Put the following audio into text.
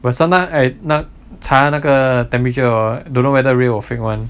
but sometime I not 查那个 temperature ah don't know whether real or fake [one]